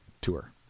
tour